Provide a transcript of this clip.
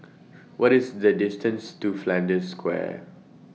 What IS The distances to Flanders Square